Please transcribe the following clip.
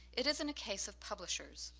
it isn't a case of publishers.